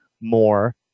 more